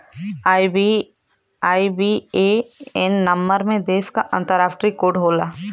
IBAN number में देश क अंतरराष्ट्रीय कोड होला